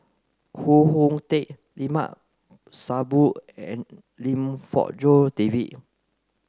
Koh Hoon Teck Limat Sabtu and Lim Fong Jock David